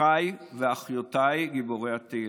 אחיי ואחיותיי גיבורי התהילה.